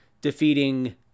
defeating